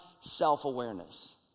self-awareness